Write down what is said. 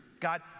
God